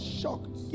shocked